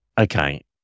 okay